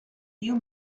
you